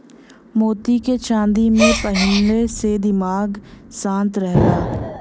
मोती के चांदी में पहिनले से दिमाग शांत रहला